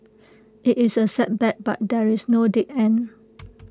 IT is A setback but there is no dead end